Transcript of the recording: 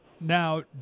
Now